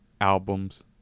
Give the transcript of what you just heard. albums